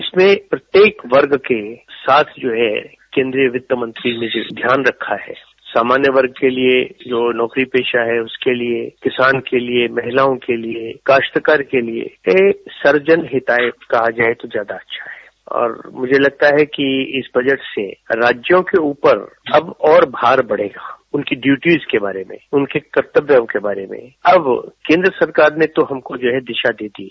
इसमें प्रत्येक वर्ग के साथ जो हैं केन्द्रीय वित्तमंत्री ने ध्यान रखा है सामान्य वर्ग के लिये जो नौकरी पेशा है उसके लिये किसान के लिये महिलाओं के लिये और कास्तकार के लिये सर्वजन हिताय कहा जाये तो ज्यादा अच्छा है और मुझे लगता है कि इस बजट से राज्यों के ऊपर और भार बढ़ेगा उनकी ड्यूटीस के बारे में उनके कर्तव्यों के बारे में अब केन्द्र सरकार ने हमको दिशा दे दी है